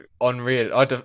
Unreal